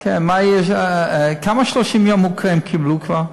כן, כמה 30 יום הם קיבלו כבר?